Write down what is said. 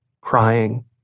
crying